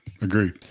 Agreed